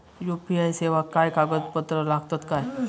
UPI सेवाक काय कागदपत्र लागतत काय?